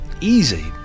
easy